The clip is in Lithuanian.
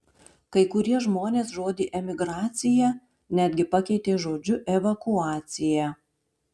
kai kurie žmonės žodį emigracija netgi pakeitė žodžiu evakuacija